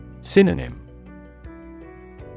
Synonym